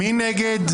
מי נגד?